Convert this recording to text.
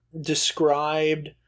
described